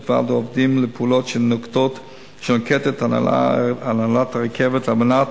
ועד העובדים לפעולות שנוקטת הנהלת הרכבת על מנת